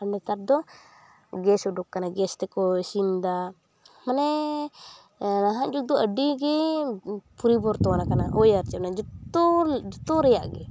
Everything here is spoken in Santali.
ᱟᱨ ᱱᱮᱛᱟᱨᱫᱚ ᱜᱮᱥ ᱩᱰᱩᱠᱟᱠᱟᱱᱟ ᱜᱮᱥ ᱛᱮᱠᱚ ᱤᱥᱤᱱ ᱮᱫᱟ ᱢᱟᱱᱮᱻ ᱱᱟᱦᱟᱜ ᱡᱩᱜᱽᱫᱚ ᱟᱹᱰᱤᱜᱮ ᱯᱚᱨᱤᱵᱚᱨᱛᱚᱱ ᱟᱠᱟᱱᱟ ᱳᱭ ᱟᱨᱪᱮᱫ ᱚᱱᱟ ᱡᱚᱛᱚᱻ ᱡᱚᱛᱚ ᱨᱮᱭᱟᱜ ᱜᱮ